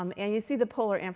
um and you see the polar and